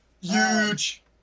Huge